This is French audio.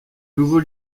nouveau